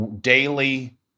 daily